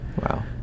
wow